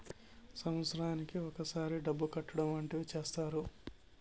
సంవత్సరానికి ఒకసారి డబ్బు కట్టడం వంటివి చేత్తారు